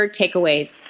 takeaways